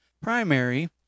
primary